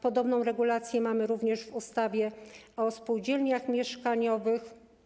Podobną regulację mamy również w ustawie o spółdzielniach mieszkaniowych.